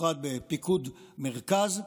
ובפרט בפיקוד מרכז,